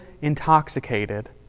intoxicated